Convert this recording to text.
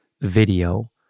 video